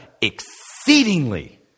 exceedingly